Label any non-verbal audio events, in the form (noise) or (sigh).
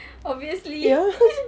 obviously (laughs)